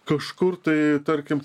kažkur tai tarkim